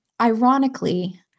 ironically